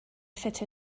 fit